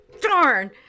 Darn